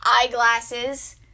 eyeglasses